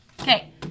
okay